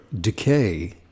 decay